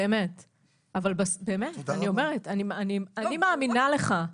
אני מאמינה לך,